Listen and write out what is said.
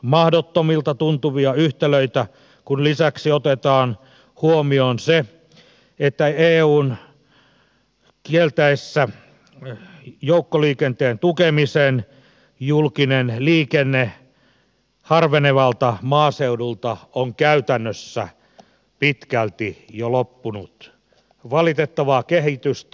mahdottomilta tuntuvia yhtälöitä kun lisäksi otetaan huomioon se että eun kieltäessä joukkoliikenteen tukemisen julkinen liikenne harvenevalta maaseudulta on käytännössä pitkälti jo loppunut valitettavaa kehitystä